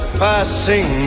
passing